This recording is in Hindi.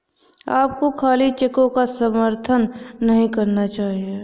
आपको खाली चेकों का समर्थन नहीं करना चाहिए